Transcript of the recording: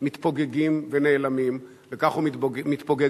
מתפוגגים ונעלמים, וכך הוא מתפוגג.